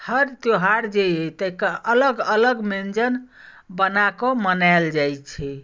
हर त्यौहार जे अइ तकर अलग अलग व्यञ्जन बना कऽ मनाएल जाइत छै